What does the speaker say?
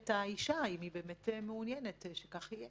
את האישה אם היא באמת מעוניינת שכך יהיה.